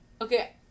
Okay